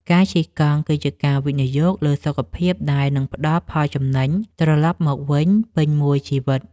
ការជិះកង់ គឺជាការវិនិយោគលើសុខភាពដែលនឹងផ្ដល់ផលចំណេញត្រលប់មកវិញពេញមួយជីវិត។